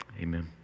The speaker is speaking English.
Amen